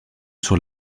sur